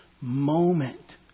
moment